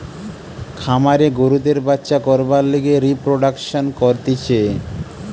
খামারে গরুদের বাচ্চা করবার লিগে রিপ্রোডাক্সন করতিছে